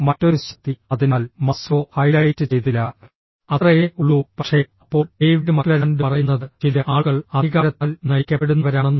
മറ്റൊരു ശക്തി അതിനാൽ മാസ്ലോ ഹൈലൈറ്റ് ചെയ്തില്ല അത്രയേ ഉള്ളൂ പക്ഷേ അപ്പോൾ ഡേവിഡ് മക്ലെലാൻഡ് പറയുന്നത് ചില ആളുകൾ അധികാരത്താൽ നയിക്കപ്പെടുന്നവരാണെന്ന്